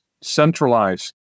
centralized